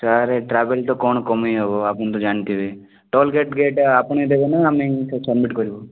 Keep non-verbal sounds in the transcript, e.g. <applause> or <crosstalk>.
sir travel ତ କ'ଣ କମେଇ ହେବ ଆପଣ ତ ଜାଣିଥିବେ ଟୋଲ ଗେଟ୍ ଗେଟ୍ ଆପଣ ଦେବେ ନା ଆମେ <unintelligible> ସବମିଟ୍ କରିବୁ